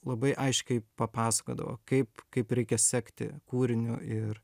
labai aiškiai papasakodavo kaip kaip reikia sekti kūriniu ir